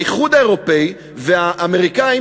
האיחוד האירופי והאמריקנים,